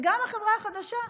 וגם החברה החדשה,